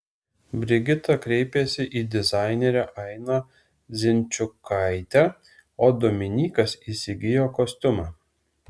brigita kreipėsi į dizainerę ainą zinčiukaitę o dominykas įsigijo kostiumą